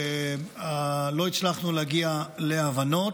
לא הצלחנו להגיע להבנות.